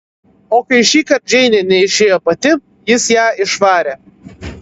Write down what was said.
o kai šįkart džeinė neišėjo pati jis ją išvarė